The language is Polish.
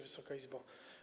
Wysoka Izbo!